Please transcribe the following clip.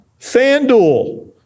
FanDuel